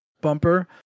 bumper